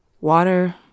Water